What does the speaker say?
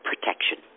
protection